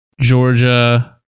Georgia